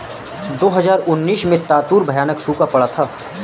दो हज़ार उन्नीस में लातूर में भयानक सूखा पड़ा था